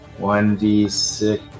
1d6